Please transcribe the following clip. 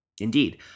Indeed